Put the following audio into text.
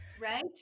Right